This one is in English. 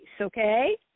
Okay